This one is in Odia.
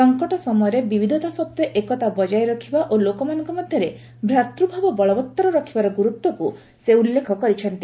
ସଙ୍କଟ ସମୟରେ ବିବିଧତା ସତ୍ତ୍ୱେ ଏକତା ବଜାୟ ରଖିବା ଓ ଲୋକମାନଙ୍କ ମଧ୍ୟରେ ଭ୍ରାତୃଭାବ ବଳବଉର ରଖିବାର ଗୁରୁତ୍ୱକୁ ସେ ଉଲ୍ଲେଖ କରିଛନ୍ତି